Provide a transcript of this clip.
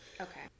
Okay